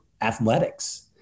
athletics